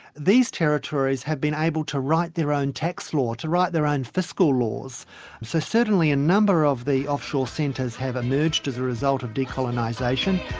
these territories have been able to write their own tax law, to write their own fiscal laws. and so certainly a number of the offshore centres have emerged as a result of decolonisation.